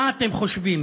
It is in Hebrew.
מה אתם חושבים?